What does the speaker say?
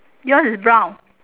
yours is brown